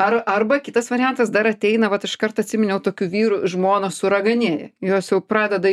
ar arba kitas variantas dar ateina vat iškart atsiminiau tokių vyrų žmonos suraganėja jos jau pradeda